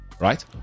right